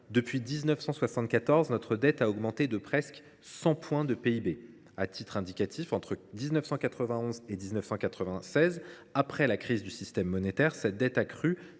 Depuis 1974, notre dette a augmenté de presque 100 points de PIB. À titre indicatif, entre 1991 et 1996, après la crise du système monétaire, elle a crû